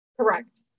correct